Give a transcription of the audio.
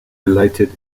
related